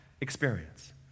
experience